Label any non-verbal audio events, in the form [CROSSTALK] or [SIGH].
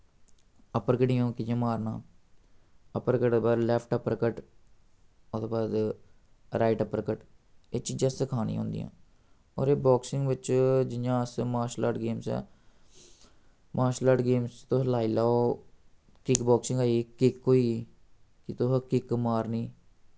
upper [UNINTELLIGIBLE] कि'यां मारना upper cut दे बाद लैफ्ट अप्पर कट ओह्दे बाद राइट अप्पर कट एह् चीजां सखानियां होंदियां और एह् बाक्सिंग बिच्च जि'यां अस मार्शल आर्ट गेम्स ऐ मार्शल आर्ट गेम्स तुस लाई लाओ किक बाक्सिंग होई गेई किक होई गेई कि तुस किक मारनी